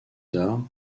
tard